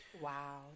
wow